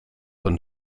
von